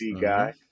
guy